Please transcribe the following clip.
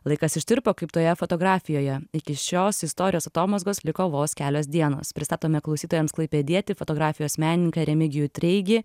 laikas ištirpo kaip toje fotografijoje iki šios istorijos atomazgos liko vos kelios dienos pristatome klausytojams klaipėdietį fotografijos menininką remigijų treigį